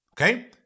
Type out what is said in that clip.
Okay